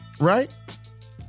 Right